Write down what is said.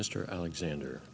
mr alexander